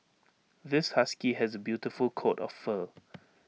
this husky has A beautiful coat of fur